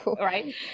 right